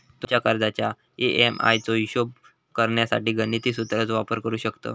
तुमच्या कर्जाच्या ए.एम.आय चो हिशोब करण्यासाठी गणिती सुत्राचो वापर करू शकतव